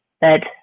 bed